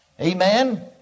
Amen